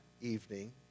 evening